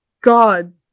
God